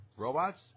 robots